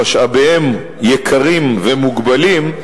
שמשאביהם יקרים ומוגבלים,